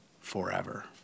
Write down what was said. forever